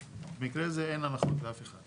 במקרה זה אין הנחות לאף אחד,